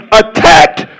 attacked